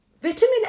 Vitamin